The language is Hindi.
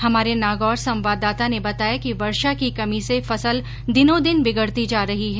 हमारे नागौर संवाददाता ने बताया कि वर्षा की कमी से फसल दिनों दिन बिगड़ती जा रही है